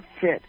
fit